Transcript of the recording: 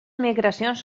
migracions